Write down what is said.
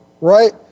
right